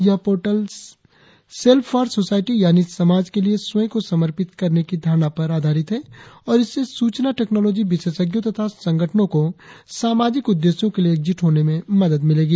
यह portal self for society यानी समाज के लिए स्वयं को समर्पित करने की धारणा पर आधारित है और इससे सूचना टेक्नॉलोजी विशेषज्ञों तथा संगठनों को सामाजिक उद्देश्यों के लिए एकजुट होने में मदद मिलेगी